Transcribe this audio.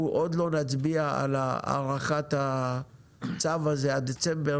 אנחנו עוד לא נצביע על הערכת הצו הזה עד דצמבר,